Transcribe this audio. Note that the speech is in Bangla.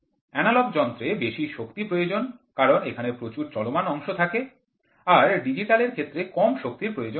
এনালগ যন্ত্রের বেশি শক্তি প্রয়োজন কারণ সেখানে প্রচুর চলমান অংশ থাকে আর ডিজিটাল এর ক্ষেত্রে কম শক্তির প্রয়োজন হয়